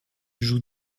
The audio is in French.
joue